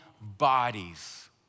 bodies